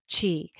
chi